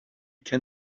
can